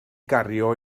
gario